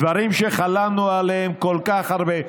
דברים שחלמנו עליהם כל כך הרבה,